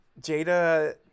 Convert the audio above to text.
jada